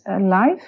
life